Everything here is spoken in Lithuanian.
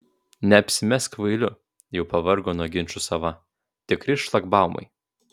neapsimesk kvailiu jau pavargo nuo ginčų sava tikri šlagbaumai